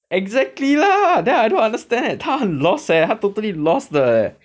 exactly lah then I don't understand 他很 lost eh 他 totally lost 的 leh